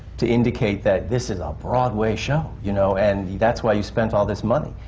to indicate that this is a broadway show, you know? and that's why you spent all this money.